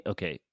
Okay